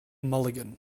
mulligan